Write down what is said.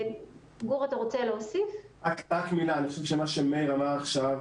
רק מילה, אני חושב שמה שמאיר אמר עכשיו,